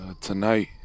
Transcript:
tonight